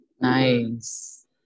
Nice